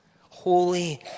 holy